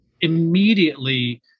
immediately